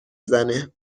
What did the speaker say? زنه